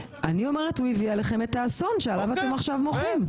אני אומרת שהוא הביא עליכם את האסון שעליו אתם עכשיו מוחים.